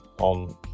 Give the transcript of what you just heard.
on